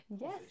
Yes